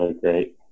Great